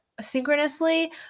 synchronously